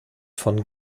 von